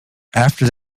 after